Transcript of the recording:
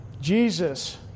Jesus